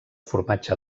formatge